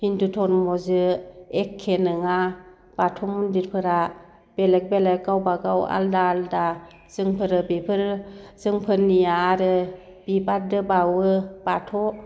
हिन्दु धोरोमजों एख्खे नङा बाथौ मन्दिरफोरा बेलेक बेलेक गावबा गाव आलादा आलादा जोंफोरो बेफोरो जोंफोरनिया आरो बिबारजों बावो बाथौ